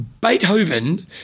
Beethoven